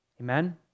Amen